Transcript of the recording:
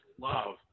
love